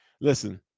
listen